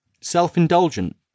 Self-indulgent